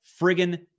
friggin